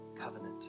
covenant